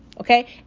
okay